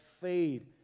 fade